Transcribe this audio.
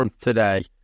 today